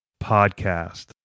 Podcast